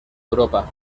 europa